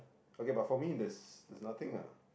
okay but for me there's there's nothing ah